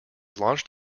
launched